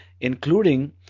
including